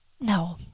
no